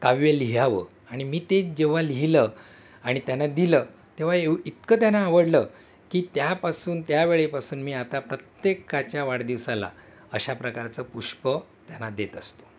काव्य लिहावं आणि मी ते जेव्हा लिहिलं आणि त्यांना दिलं तेव्हा येव इतकं त्यांना आवडलं की त्यापासून त्या वेळेपासून मी आता प्रत्येकाच्या वाढदिवसाला अशा प्रकारचं पुष्प त्यांना देत असतो